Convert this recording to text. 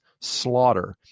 slaughter